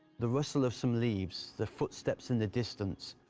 the rustle of some leaves, the footsteps in the distance,